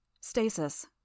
Stasis